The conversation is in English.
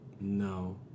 No